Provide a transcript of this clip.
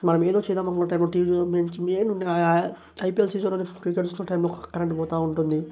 మనం ఏదో చేద్దామనుకునే టైమ్లో టీవీ చూడ్డం మెయిన్గా ఐపియల్ సీజన్లో క్రికెట్ చూస్తున్న టైమ్లో కరెంట్ పోతూ ఉంటుంది